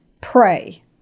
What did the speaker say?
pray